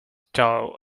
dull